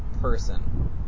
person